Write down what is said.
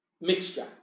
mixture